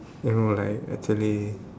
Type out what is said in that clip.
you know like actually